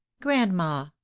Grandma